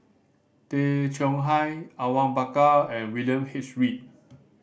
Tay Chong Hai Awang Bakar and William H Read